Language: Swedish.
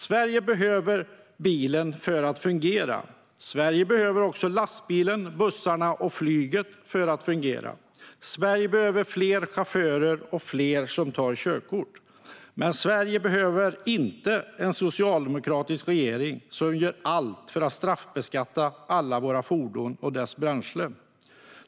Sverige behöver bilen och även lastbilen, bussarna och flyget för att fungera. Sverige behöver fler chaufförer och fler som tar körkort. Men Sverige behöver inte en socialdemokratisk regering som gör allt för att straffbeskatta alla våra fordon och deras bränsle.